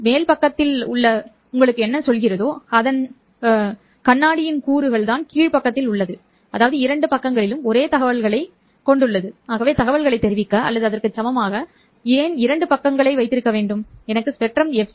மேல் பக்கப்பட்டி உங்களுக்கு என்ன சொல்கிறதோ அதன் கண்ணாடியின் கூறு கீழ் பக்கப்பட்டி ஆகவே தகவல்களை தெரிவிக்க அல்லது அதற்கு சமமாக நான் ஏன் இரண்டு பக்கப்பட்டிகளை வைத்திருக்க வேண்டும் எனக்கு ஸ்பெக்ட்ரம் fc